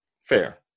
Fair